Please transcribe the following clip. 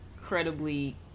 incredibly